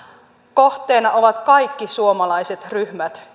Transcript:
kohteena ovat kaikki suomalaiset ryhmät